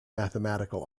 mathematical